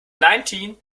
nineteen